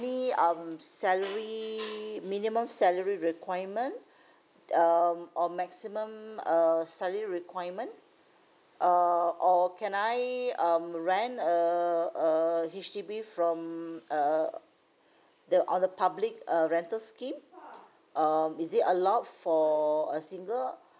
um salary minimum salary requirement um or maximum err salary requirement err or can I um rent a a H_D_B from err the on the public uh rental scheme um is it allowed for a single